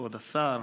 כבוד השר,